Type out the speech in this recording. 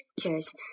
pictures